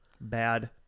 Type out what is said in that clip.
bad